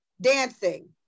dancing